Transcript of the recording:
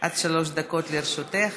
עד שלוש דקות לרשותך.